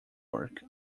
work